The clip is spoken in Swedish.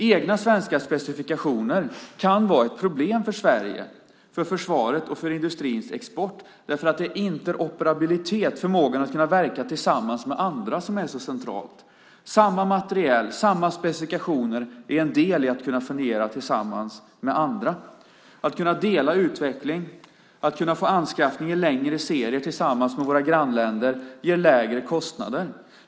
Egna svenska specifikationer kan vara ett problem för Sverige, för försvaret och för industrins export, eftersom interoperabiliteten, förmågan att verka tillsammans med andra, är så central. Samma materiel, samma specifikationer är en del i att kunna fungera tillsammans med andra. Att kunna dela utveckling och att kunna få anskaffning i längre serier tillsammans med våra grannländer ger lägre kostnader.